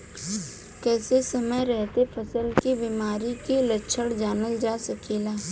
कइसे समय रहते फसल में बिमारी के लक्षण जानल जा सकेला?